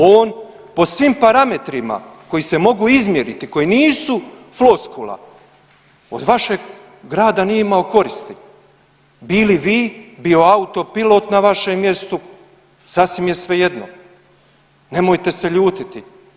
On po svim parametrima koji se mogu izmjeriti koji nisu floskula od vašeg rada nije imao koristi, bili vi, bio autopilot na vašem mjestu sasvim je svejedno, nemojte se ljutiti.